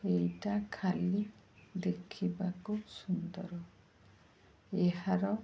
ଏଇଟା ଖାଲି ଦେଖିବାକୁ ସୁନ୍ଦର ଏହାର